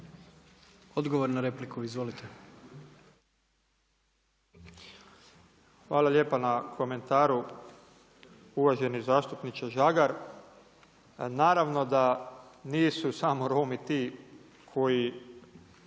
Odgovor na repliku. Izvolite.